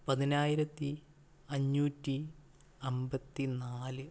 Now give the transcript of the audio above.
പതിനായിരത്തി അഞ്ഞൂറ്റി അൻപത്തി നാല്